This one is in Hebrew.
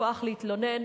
הכוח להתלונן,